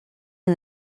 and